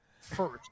First